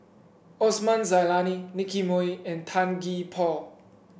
Osman Zailani Nicky Moey and Tan Gee Paw